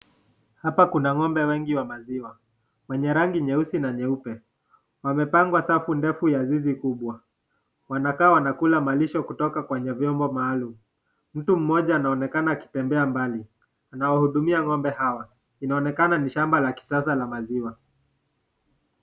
Hapa kuna ng'ombe wengi wa maziwa wenye rangi nyeusi na nyeupe. Wamepangwa safu ndefu ya zizi kubwa. Wanakaa wanakula malisho kutoka kwenye viombo maalum. Mtu mmoja anaonekana akitembea mbali anawahudumia ng'ombe hawa, inaonekana ni shamba la kisasa la maziwa.